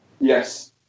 yes